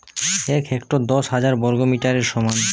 এক হেক্টর দশ হাজার বর্গমিটারের সমান